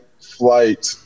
flight